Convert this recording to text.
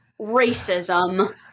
racism